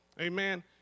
Amen